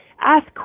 ask